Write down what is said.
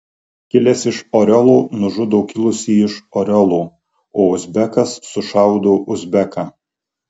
kilęs iš oriolo nužudo kilusį iš oriolo o uzbekas sušaudo uzbeką